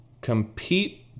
compete